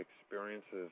experiences